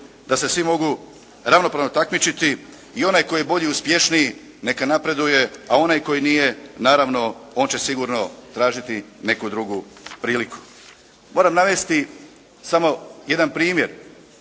da se svi mogu ravnopravno takmičiti i onaj tko je bolji, uspješniji neka napreduje, a onaj koji nije naravno on će sigurno tražiti neku drugu priliku. Moram navesti samo jedan primjer